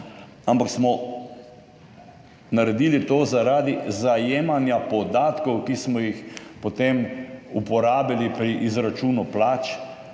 ampak smo to naredili zaradi zajemanja podatkov, ki smo jih potem uporabili pri izračunu plač,